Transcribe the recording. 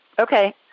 Okay